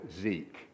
Zeke